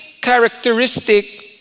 characteristic